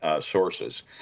sources